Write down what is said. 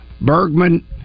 Bergman